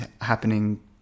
happening